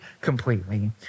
completely